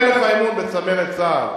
אם אין לך אמון בצמרת צה"ל,